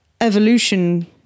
evolution